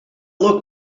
look